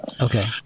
Okay